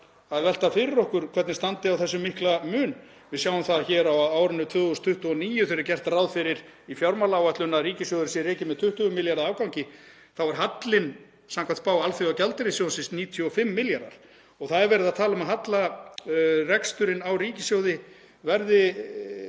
að velta fyrir okkur, hvernig standi á þessum mikla mun. Við sjáum að á árinu 2029 er gert ráð fyrir því í fjármálaáætlun að ríkissjóður sé rekinn með 20 milljarða afgangi en hallinn samkvæmt spá Alþjóðagjaldeyrissjóðsins er 95 milljarðar og það er verið að tala um að hallareksturinn á ríkissjóði verði